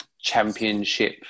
championship